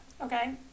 okay